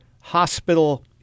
hospital